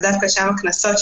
הקנסות,